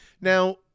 Now